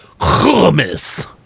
hummus